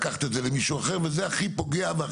לקחת את זה למישהו אחר וזה הכי פוגע.